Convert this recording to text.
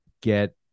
get